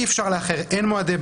אם אני מבין נכון,